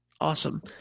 Awesome